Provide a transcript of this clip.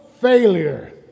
failure